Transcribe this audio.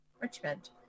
Richmond